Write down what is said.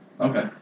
Okay